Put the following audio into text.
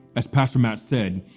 as pastor matt said,